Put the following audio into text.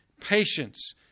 patience